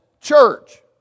church